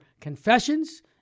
confessions